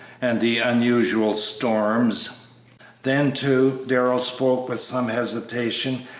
and the unusual storms then, too, darrell spoke with some hesitation,